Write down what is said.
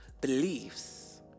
beliefs